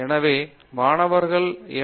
எனவே மாணவர்கள் எம்